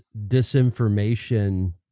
disinformation